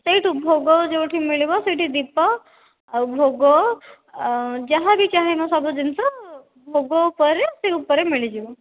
ସେହିଠୁ ଭୋଗ ଯେଉଁଠି ମିଳିବ ସେଠି ଦୀପ ଆଉ ଭୋଗ ଆଉ ଆଉ ଯାହା ବି ଚାହିଁବ ସବୁ ଜିନିଷ ଭୋଗ ଉପରେ ସେ ଉପରେ ମିଳିଯିବ